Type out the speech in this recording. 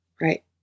right